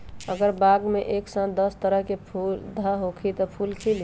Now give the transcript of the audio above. अगर बाग मे एक साथ दस तरह के पौधा होखि त का फुल खिली?